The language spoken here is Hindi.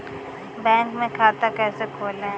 बैंक में खाता कैसे खोलें?